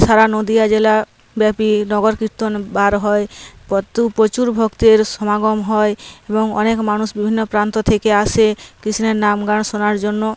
সারা নদীয়া জেলাব্যাপী নগরকীর্তন বার হয় পতু প্রচুর ভক্তের সমাগম হয় এবং অনেক মানুষ বিভিন্ন প্রান্ত থেকে আসে কৃষ্ণের নাম গান শোনার জন্য